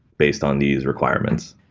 based on these requirements?